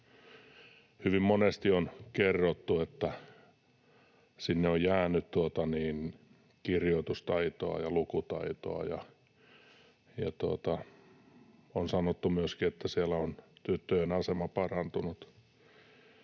Hyvin monesti on kerrottu, että sinne on jäänyt kirjoitustaitoa ja lukutaitoa, ja on sanottu myöskin, että siellä on tyttöjen asema parantunut.